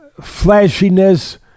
flashiness